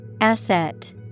Asset